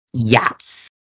Yes